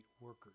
workers